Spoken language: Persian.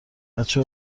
بچه